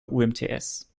umts